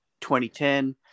2010